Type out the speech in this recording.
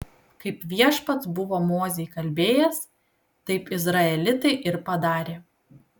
kaip viešpats buvo mozei kalbėjęs taip izraelitai ir padarė